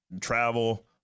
travel